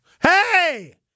Hey